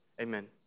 Amen